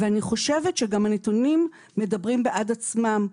אני חושבת שגם הנתונים מדברים בעד עצמם.